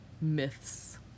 myths